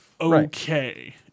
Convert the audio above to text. okay